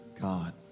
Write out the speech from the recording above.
God